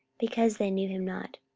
because they knew him not,